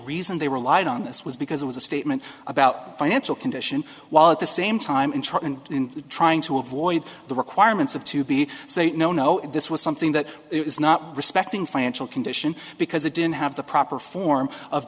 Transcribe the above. reason they relied on this was because it was a statement about financial condition while at the same time in treatment in trying to avoid the requirements of to be say no no this was something that it was not respecting financial condition because it didn't have the proper form of